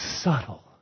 Subtle